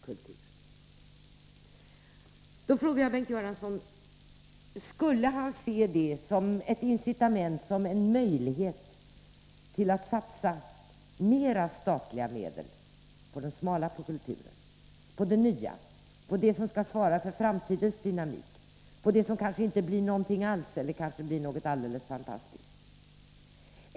Jag ställer frågan till Bengt Göransson om han då skulle se detta som ett incitament, som en möjlighet, till att satsa mera av statliga medel på den smala kulturen — på det nya, på det som skall svara för framtidens dynamik, på det som kanske inte blir någonting alls eller kanske blir något alldeles fantastiskt.